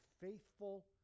faithful